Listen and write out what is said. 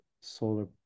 solar